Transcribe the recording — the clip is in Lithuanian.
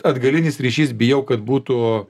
atgalinis ryšys bijau kad būtų